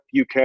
UK